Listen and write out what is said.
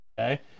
Okay